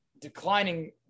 declining